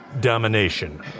domination